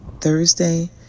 Thursday